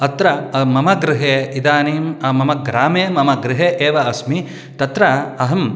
अत्र मम गृहे इदानीं मम ग्रामे मम गृहे एव अस्मि तत्र अहं